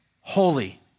holy